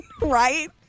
right